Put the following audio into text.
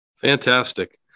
Fantastic